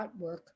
artwork